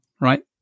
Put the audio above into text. right